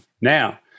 Now